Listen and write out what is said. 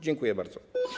Dziękuję bardzo.